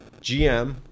GM